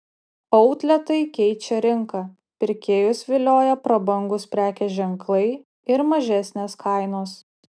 outletai keičia rinką pirkėjus vilioja prabangūs prekės ženklai ir mažesnės kainos